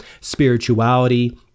spirituality